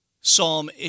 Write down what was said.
psalm